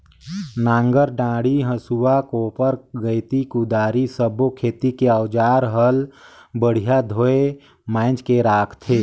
नांगर डांडी, हसुआ, कोप्पर गइती, कुदारी सब्बो खेती के अउजार हल बड़िया धोये मांजके राखथे